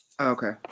Okay